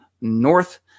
North